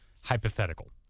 hypothetical